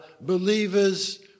believers